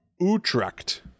Utrecht